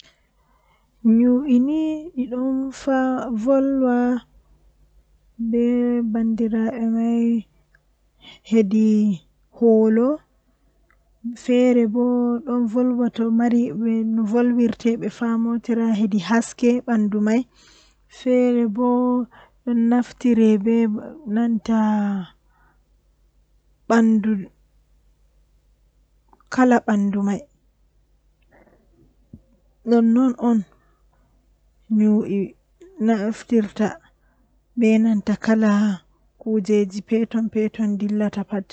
Arande kam mi habdan mi wada no mi wadata pat mi nasta nder mofngal kuugal man, Tomi nasti mi heɓa ɓe yerdake be am yoɓe yerdi be am ɓe accini am ko dume haa juɗe am jotta mi naftiran be yerda jei ɓe wanni am mi huwa kuugal ko waddi am